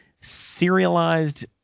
serialized